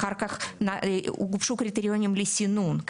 הוגשו קריטריונים בלי סינון.